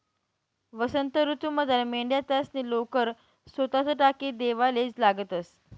वसंत ऋतूमझार मेंढ्या त्यासनी लोकर सोताच टाकी देवाले लागतंस